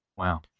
Wow